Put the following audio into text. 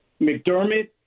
McDermott